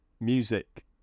music